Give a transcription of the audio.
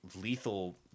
lethal